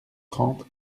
trente